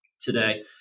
today